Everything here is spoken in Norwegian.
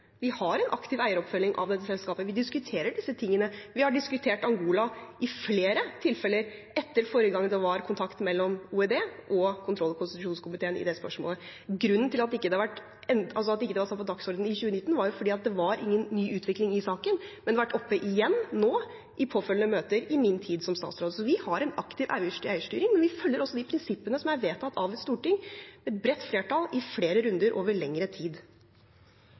Vi har en aktiv eieroppfølging av dette selskapet. Vi diskuterer disse tingene. Vi har diskutert Angola ved flere tilfeller etter forrige gang det var kontakt mellom Olje- og energidepartementet og kontroll- og konstitusjonskomiteen om det spørsmålet. Grunnen til at det ikke var satt på dagsordenen i 2019, var at det ikke var noen ny utvikling i saken. Men det har vært oppe igjen nå, i påfølgende møter, i min tid som statsråd. Så vi har en aktiv eierstyring, men vi følger også de prinsippene som er vedtatt av et storting, et bredt flertall, i flere runder, over lengre tid.